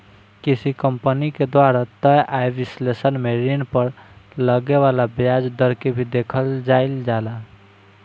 किसी कंपनी के द्वारा तय आय विश्लेषण में ऋण पर लगे वाला ब्याज दर के भी देखल जाइल जाला